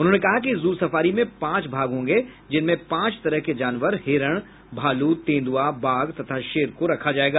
उन्होने कहा कि जू सफारी में पांच भाग होंगे जिनमें पांच तरह के जानवर हिरण भालू तेंदुआ बाघ तथा शेर को रखा जायेगा